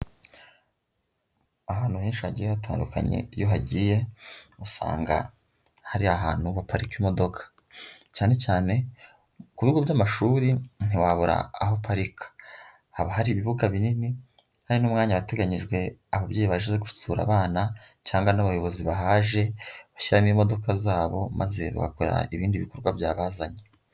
Ahantu henshi hagiye hatandukanye iyo hagiye usanga hari ahantu baparika imodoka, cyane cyane ku bigo by'amashuri ntiwabura aho uparika, haba hari ibibuga binini, hari n'umwanya wateganyijwe ababyeyi baje gusura abana cyangwa n'abayobozi bahaje bashyiramo imodoka zabo, maze bagakora ibindi bikorwa byabazanye.